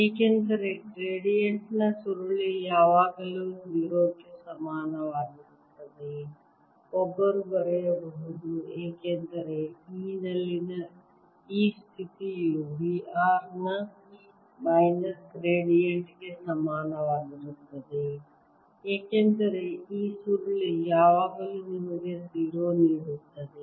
ಏಕೆಂದರೆ ಗ್ರೇಡಿಯಂಟ್ ನ ಸುರುಳಿ ಯಾವಾಗಲೂ 0 ಗೆ ಸಮಾನವಾಗಿರುತ್ತದೆ ಒಬ್ಬರು ಬರೆಯಬಹುದು ಏಕೆಂದರೆ E ನಲ್ಲಿನ ಈ ಸ್ಥಿತಿಯು V R ನ ಮೈನಸ್ ಗ್ರೇಡಿಯಂಟ್ಗೆ ಸಮಾನವಾಗಿರುತ್ತದೆ ಏಕೆಂದರೆ ಈ ಸುರುಳಿ ಯಾವಾಗಲೂ ನಿಮಗೆ 0 ನೀಡುತ್ತದೆ